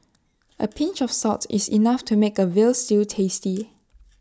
A pinch of salt is enough to make A Veal Stew tasty